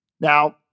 Now